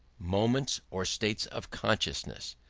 moments or states of consciousness.